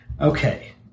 Okay